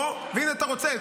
ואם אתה רוצה,